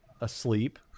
asleep